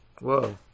Whoa